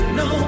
no